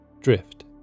drift